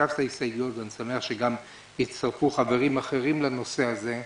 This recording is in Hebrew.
כתב שלושה דברים ואני שמח שגם הצטרפו חברים אחרים לנושא הזה.